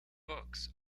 books